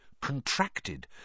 contracted